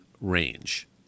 range